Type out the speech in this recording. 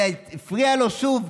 אלא הפריע לו שוב,